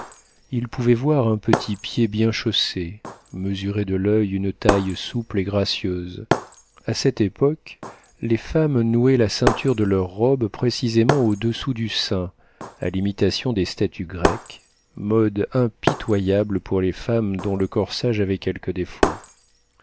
il pouvait voir un petit pied bien chaussé mesurer de l'oeil une taille souple et gracieuse a cette époque les femmes nouaient la ceinture de leurs robes précisément au-dessous du sein à l'imitation des statues grecques mode impitoyable pour les femmes dont le corsage avait quelque défaut